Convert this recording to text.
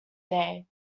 day